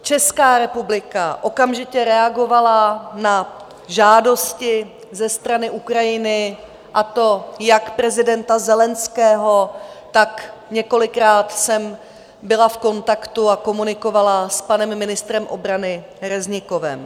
Česká republika okamžitě reagovala na žádosti ze strany Ukrajiny, a to jak prezidenta Zelenského, tak několikrát jsem byla v kontaktu a komunikovala s panem ministrem obrany Reznikovem.